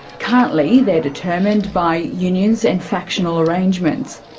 currently they are determined by unions and factional arrangements.